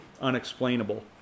unexplainable